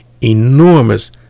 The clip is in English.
enormous